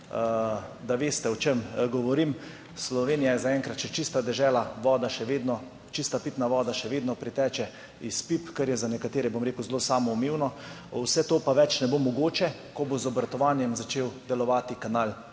da veste o čem govorim. Slovenija je zaenkrat še čista dežela, čista pitna voda še vedno priteče iz pip, kar je za nekatere zelo samoumevno. Vse to pa več ne bo mogoče, ko bo z obratovanjem začel delovati kanal